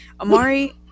Amari